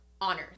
honor